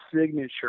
signature